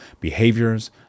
behaviors